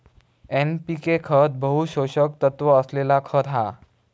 NPK खत बहु पोषक तत्त्व असलेला खत हा